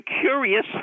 curious